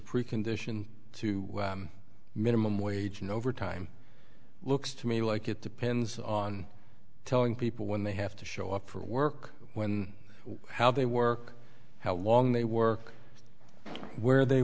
precondition to minimum wage and overtime looks to me like it depends on telling people when they have to show up for work when how they work how long they work where they